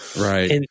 Right